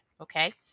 okay